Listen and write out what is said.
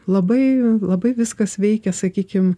labai labai viskas veikia sakykim